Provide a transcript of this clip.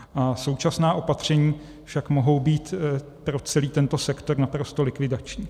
A současná opatření však mohou být pro celý tento sektor naprosto likvidační.